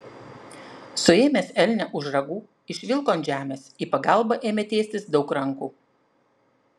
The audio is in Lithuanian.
suėmęs elnią už ragų išvilko ant žemės į pagalbą ėmė tiestis daug rankų